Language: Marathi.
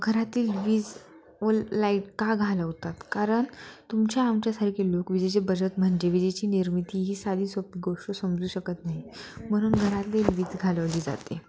घरातील वीज व लाईट का घालवतात कारण तुमच्या आमच्यासारखे लोक विजेची बचत म्हणजे विजेची निर्मिती ही साधी सोपी गोष्ट समजू शकत नाही म्हणून घरातली वीज घालवली जाते